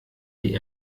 die